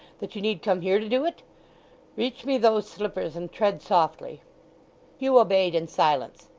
that you need come here to do it reach me those slippers, and tread softly hugh obeyed in silence.